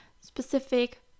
specific